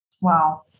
Wow